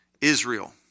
Israel